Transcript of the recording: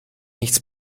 nichts